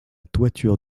toiture